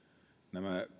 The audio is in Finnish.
nämä